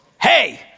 Hey